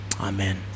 Amen